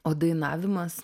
o dainavimas